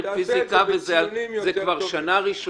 קטגוריה שאינה קיימת,